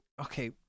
okay